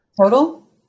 total